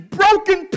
broken